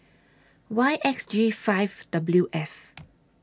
Y X G five W F